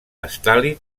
stalin